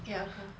ya